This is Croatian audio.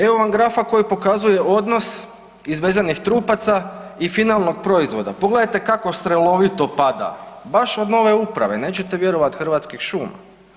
Evo vam grafa koji pokazuje odnos izvezenih trupaca i finalnog proizvoda, pogledajte kako strelovito pada, baš od nove uprave nećete vjerovati Hrvatskih šuma.